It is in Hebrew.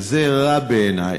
וזה רע בעיני.